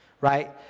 Right